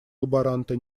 лаборанта